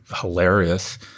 hilarious